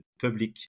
public